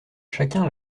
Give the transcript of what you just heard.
chacun